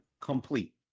complete